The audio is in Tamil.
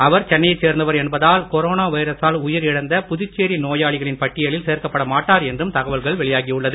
அவர் சென்னை யைச் சேர்ந்தவர் என்பதால் கொரோனா வைரசால் உயிர் இழந்த புதுச்சேரி நோயாளிகளின் பட்டியலில் சேர்க்கப்பட மாட்டார் என்றும் தகவல் வெளியாகியுள்ளது